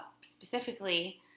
specifically